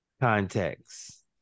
context